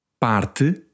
parte